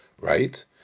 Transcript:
right